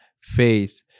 faith